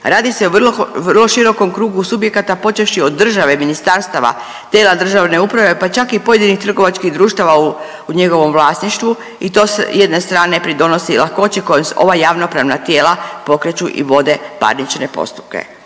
Radi se o vrlo širokom krugu subjekata počevši od države, ministarstava, tijela državne uprave pa čak i pojedinih trgovačkih društava u njegovom vlasništvu i to s jedne strane pridonosi lakoći kojom ova javnopravna tijela pokreću i vode parnične postupke.